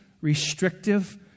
restrictive